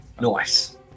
Nice